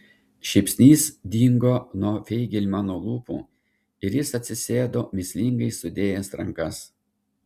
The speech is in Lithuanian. šypsnys dingo nuo feigelmano lūpų ir jis atsisėdo mįslingai sudėjęs rankas